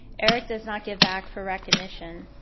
eric does not give back for recognition.